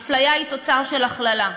שאפליה היא תוצר של הכללה,